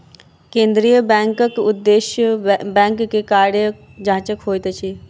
केंद्रीय बैंकक उदेश्य बैंक के कार्य जांचक होइत अछि